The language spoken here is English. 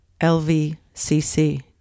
LVCC